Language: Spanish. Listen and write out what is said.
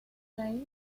play